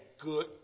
good